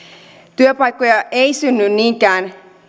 työpaikkoja ei synny niinkään